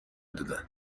دادن